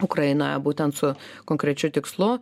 ukrainoje būtent su konkrečiu tikslu